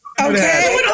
Okay